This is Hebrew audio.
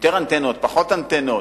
יותר אנטנות, פחות אנטנות.